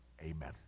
Amen